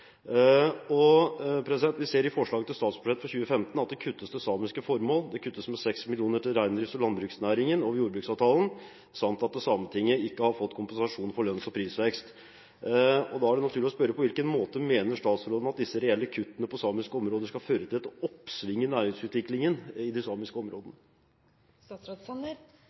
kuttes til samiske formål, at det kuttes med 6 mill. kr til reindrifts- og landbruksnæringen over jordbruksavtalen, samt at Sametinget ikke har fått kompensasjon for lønns- og prisvekst. Da er det naturlig å spørre: På hvilken måte mener statsråden at disse reelle kuttene skal føre til oppsving i næringsutviklingen i de samiske områdene?